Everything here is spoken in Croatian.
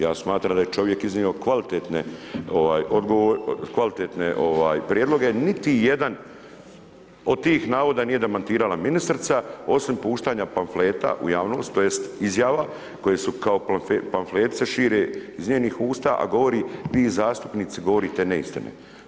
Ja smatram da je čovjek iznio kvalitetne prijedloge, niti jedan, od tih navoda nije demantirala ministrica, osim puštanja pamfleta u javnost, tj. izjava koje su kao pamflete se šire iz njenih usta a govori, vi zastupnice govorite neistine.